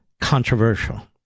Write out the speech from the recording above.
controversial